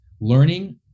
learning